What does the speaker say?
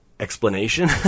Explanation